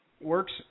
works